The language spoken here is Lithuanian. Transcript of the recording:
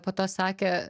po to sakė